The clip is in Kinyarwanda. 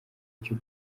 cyo